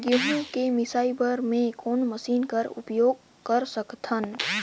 गहूं के मिसाई बर मै कोन मशीन कर प्रयोग कर सकधव?